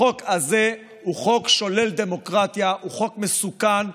החוק הזה הוא חוק שולל דמוקרטיה, הוא חוק מסוכן.